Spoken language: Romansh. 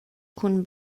cun